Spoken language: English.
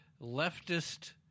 leftist